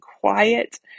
quiet